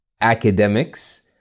Academics